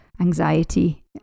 anxiety